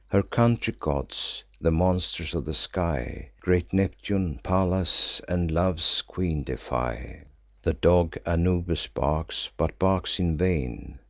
her country gods, the monsters of the sky, great neptune, pallas, and love's queen defy the dog anubis barks, but barks in vain,